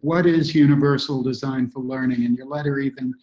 what is universal design for learning? and your letter even